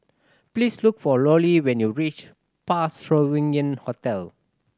please look for Lollie when you reach Parc Sovereign Hotel